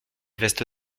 veste